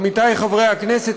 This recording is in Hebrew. עמיתי חברי הכנסת,